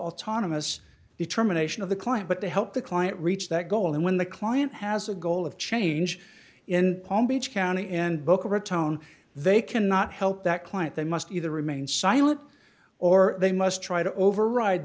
autonomous determination of the client but to help the client reach that goal and when the client has a goal of change in palm beach county and boca raton they cannot help that client they must either remain silent or they must try to override